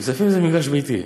כספים זה מגרש ביתי.